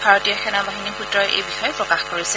ভাৰতীয় সেনা বাহিনীৰ সূত্ৰই এই বিষয়ে প্ৰকাশ কৰিছে